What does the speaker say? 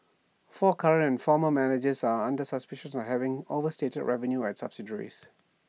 four current former managers are under suspicion of having overstated revenue at subsidiaries